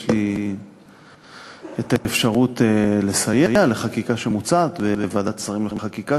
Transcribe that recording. יש לי אפשרות לסייע בחקיקה שמוצעת בוועדת שרים לחקיקה,